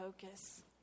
focus